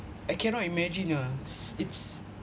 I cannot imagine ah it's